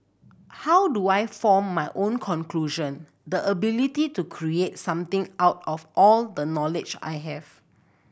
how do I form my own conclusion the ability to create something out of all the knowledge I have